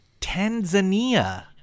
Tanzania